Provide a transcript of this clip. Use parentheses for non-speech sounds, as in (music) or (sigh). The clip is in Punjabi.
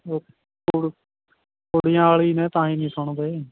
(unintelligible) ਕੁੜੀਆਂ ਵਾਲੇ ਹੀ ਨੇ ਤਾਂ ਹੀ ਨਹੀਂ ਸੁਣਦੇ